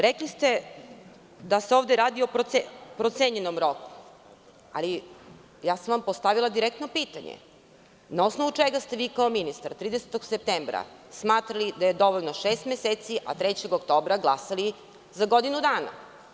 Rekli ste da se ovde radi o procenjenom roku, ali ja sam vam postavila direktno pitanje – na osnovu čega ste vi kao ministar 30. septembra smatrali da je dovoljno šest meseci, a 3. oktobra glasali za godinu dana?